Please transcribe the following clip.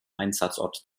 einsatzort